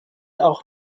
auch